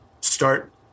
start